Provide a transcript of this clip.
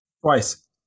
Twice